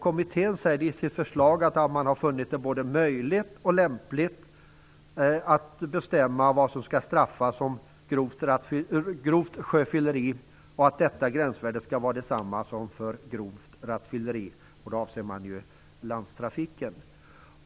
Kommittén sade att man hade funnit det både möjligt och lämpligt att bestämma vad som skall straffas som grovt sjöfylleri och föreslog att detta gränsvärde skulle vara detsamma som för grovt rattfylleri - då avser man landstrafiken.